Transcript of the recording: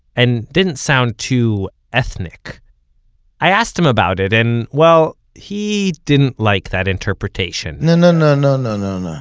and didn't sound too ethnic i asked him about it, and well, he didn't like that interpretation no, no, no, no, no, no, no.